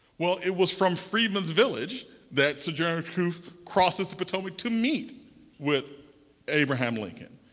well, it was from freedman's village that sojourner truth crosses the potomac to meet with abraham lincoln.